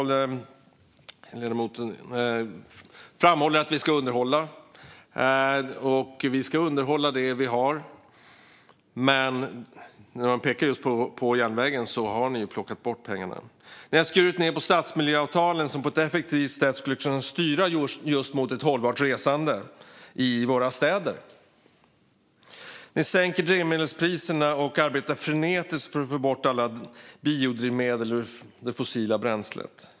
Ledamoten Jimmy Ståhl framhåller att vi ska underhålla det vi har, men pengarna har ju plockats bort från järnvägen. Man har skurit ned på stadsmiljöavtalen, som på ett effektivt sätt skulle kunna styra mot ett hållbart resande i våra städer. Man sänker drivmedelspriserna och arbetar frenetiskt för att få bort alla biodrivmedel från det fossila bränslet.